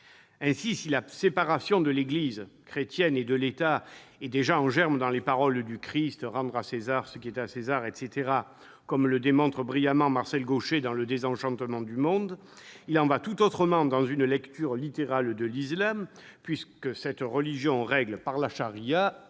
Ainsi, si la séparation de l'Église chrétienne et de l'État est déjà en germe dans les paroles du Christ- « il faut rendre à César ce qui est à César »-, comme le démontre brillamment Marcel Gauchet dans, il en va tout autrement dans l'optique d'une lecture littérale de l'islam, puisque cette religion règle, par la,